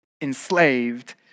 enslaved